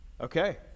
Okay